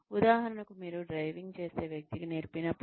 ఉదాహరణకు మీరు డ్రైవింగ్ చేసే వ్యక్తికి నేర్పినప్పుడు